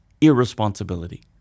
irresponsibility